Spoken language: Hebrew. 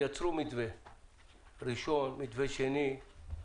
יצרו מתווה ראשון, מתווה שני,